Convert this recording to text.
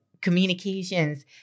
communications